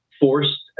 forced